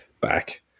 back